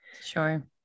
Sure